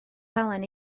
halen